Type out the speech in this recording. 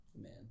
man